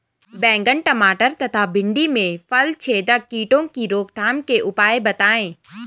बैंगन टमाटर तथा भिन्डी में फलछेदक कीटों की रोकथाम के उपाय बताइए?